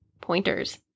pointers